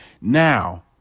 Now